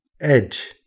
edge